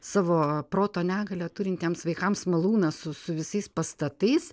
savo proto negalią turintiems vaikams malūną su su visais pastatais